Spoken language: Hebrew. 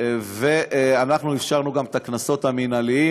ואנחנו אפשרנו גם קנסות מינהליים,